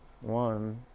One